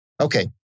Okay